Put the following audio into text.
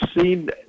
seen